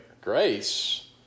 Grace